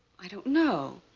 i don't know.